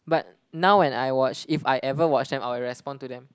but now and I watch if I ever watch them I will respond to them